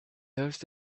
those